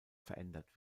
verändert